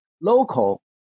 local